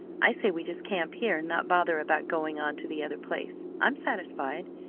i say we just camp here, and not bother about going on to the other place. i'm satisfied.